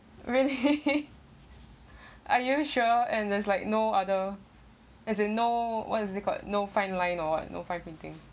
really are you sure and there's like no other as you know what is it called no fine line or what no fine printing